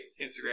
Instagram